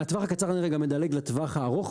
מהטווח הקצר אני רגע מדלג לטווח הארוך,